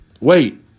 Wait